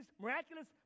miraculous